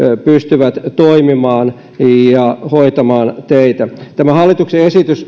pystyvät toimimaan ja hoitamaan teitä tämä hallituksen esitys